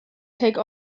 take